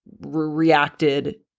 reacted